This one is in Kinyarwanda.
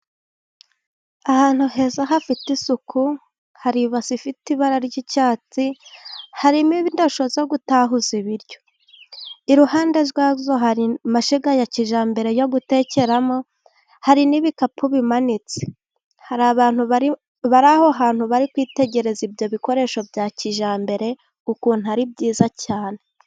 Ahantu heza hafite isuku hari ibasi ifite ibara ry'icyatsi, harimo indosho zo gutahuza ibiryo iruhande rwazo hari amashyiga ya kijyambere yo gutekeramo,. hari n'ibikapu bimanitse. Hari abantu bari aho ahantu bari kwitegereza ibyo bikoresho bya kijyambere, ukuntu ari byiza cyane.